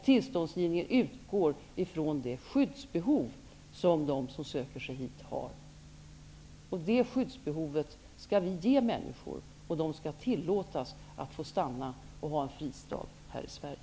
Tillståndsgivningen utgår ifrån det skyddsbe hov som de människor har som söker sig hit. De som behöver skydd skall få det, de skall tillåtas att stanna och ha en fristad här i Sverige.